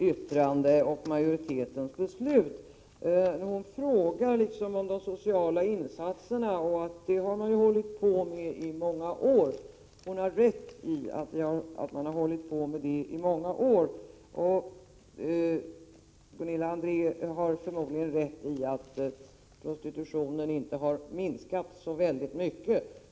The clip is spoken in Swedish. Herr talman! Jag tror att Gunilla André har läst majoritetens yttrande och beslut. Om de sociala insatserna säger hon att dem har man hållit på med i många år. Hon har rätt i att man hållit på med dem i många år. Gunilla André har förmodligen också rätt i att prostitutionen inte har minskat så mycket.